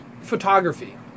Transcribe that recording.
photography